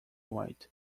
white